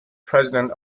president